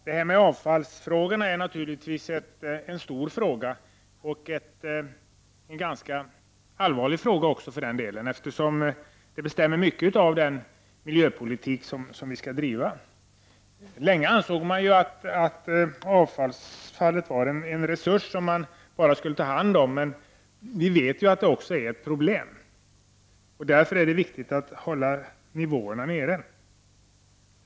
Herr talman! Avfallet är naturligtvis en stor fråga och en ganska allvarlig fråga också, för den delen, eftersom den bestämmer mycket av den miljöpolitik som vi skall driva. Länge ansåg man att avfallet var en resurs som man bara skulle ta hand om, men vi vet ju att det också är ett problem. Därför är det viktigt att hålla avfallsmängderna nere.